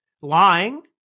lying